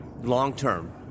long-term